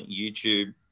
youtube